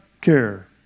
care